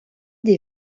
des